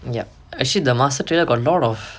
ya actually the master trailer got a lot of